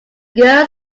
girl